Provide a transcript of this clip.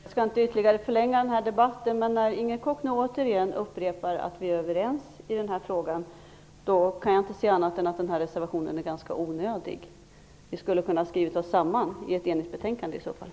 Fru talman! Jag skall inte ytterligare förlänga debatten, men när Inger Koch återigen upprepar att vi är överens i den här frågan, då kan jag inte se annat än att reservationen är ganska onödig. Vi skulle ha kunnat skriva oss samman i ett enigt betänkande i så fall.